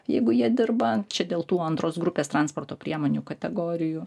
jeigu jie dirba čia dėl tų antros grupės transporto priemonių kategorijų